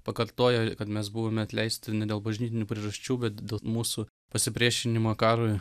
pakartojo kad mes buvome atleisti dėl bažnytinių priežasčių kad dėl mūsų pasipriešinimo karui